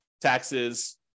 taxes